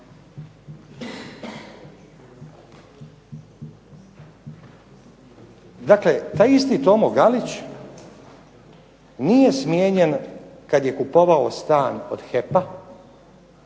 Dakle, taj isti Tomo Galić nije smijenjen kada je kupovao stan od HEP